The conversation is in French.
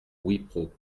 wipro